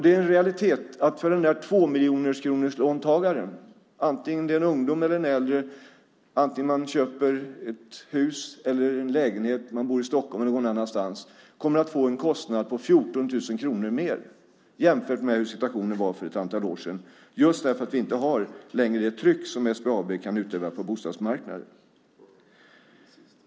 Det är en realitet att tvåmiljonerkronorslåntagaren, antingen man är ungdom eller äldre, antingen man köper ett hus eller en lägenhet, antingen man bor i Stockholm eller någon annanstans, kommer att få en kostnad på 14 000 kronor mer jämfört med hur situationen var för ett antal år sedan just för att vi inte längre har det tryck som SBAB kan utöva på bostadsmarknaden.